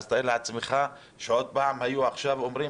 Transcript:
אז תאר לעצמך שעוד פעם היו עכשיו אומרים